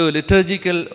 Liturgical